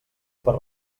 per